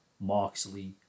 Moxley